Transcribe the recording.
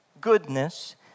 goodness